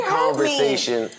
conversation